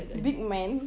big man